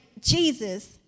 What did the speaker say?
Jesus